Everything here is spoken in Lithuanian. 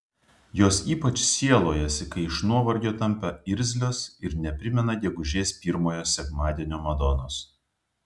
jos ypač sielojasi kai iš nuovargio tampa irzlios ir neprimena gegužės pirmojo sekmadienio madonos